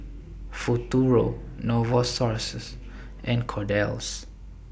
Futuro Novosources and Kordel's